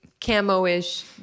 camo-ish